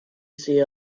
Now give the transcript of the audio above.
see